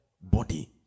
Body